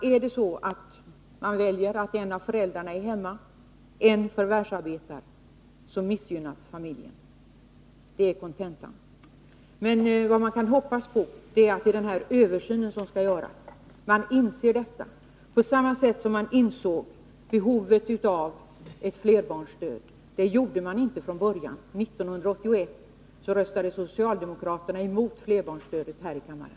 Om familjen väljer att en av föräldrarna skall vara hemma och en förälder skall förvärvsarbeta så missgynnas familjen. Det är kontentan. Men vad man kan hoppas på är att den översyn som skall göras kommer att leda till att man inser detta på samma sätt som man insåg behovet av ett flerbarnsstöd. Det gjorde man inte från början. År 1981 röstade ju socialdemokraterna här i kammaren emot flerbarnsstödet.